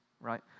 Right